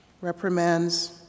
reprimands